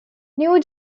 new